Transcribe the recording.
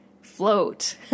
float